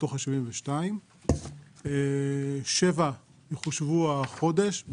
7 בעלויות יחושבו החודש,